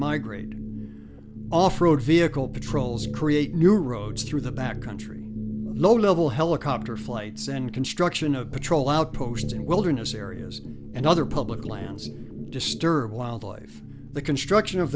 migrated off road vehicle patrols create new roads through the back country low level helicopter flights and construction of patrol outposts and wilderness areas and other public lands disturb wildlife the construction of